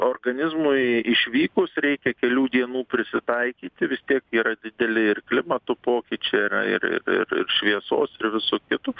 organizmui išvykus reikia kelių dienų prisitaikyti vis tiek yra dideli ir klimato pokyčiai yra ir ir iršviesos ir visų kitų